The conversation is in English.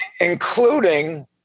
including